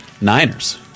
Niners